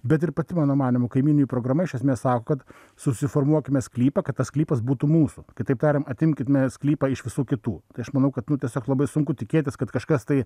bet ir pati mano manymu kaimynijų programa iš esmės sako kad susiformuokime sklypą kad tas sklypas būtų mūsų kitaip tariant atimkime sklypą iš visų kitų tai aš manau kad nu tiesiog labai sunku tikėtis kad kažkas tai